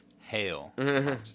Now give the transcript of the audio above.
hail